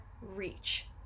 reach